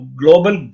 global